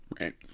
Right